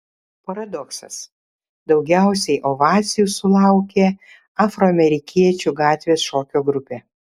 paradoksas daugiausiai ovacijų sulaukė afroamerikiečių gatvės šokio grupė